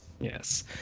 Yes